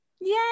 Yay